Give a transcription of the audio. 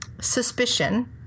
Suspicion